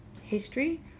history